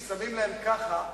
ששמים להם ככה,